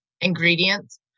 ingredients